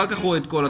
אחר כך כל התמונה.